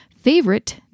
favorite